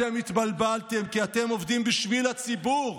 אתם התבלבלתם כי אתם עובדים בשביל הציבור.